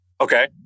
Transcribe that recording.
Okay